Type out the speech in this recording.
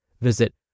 Visit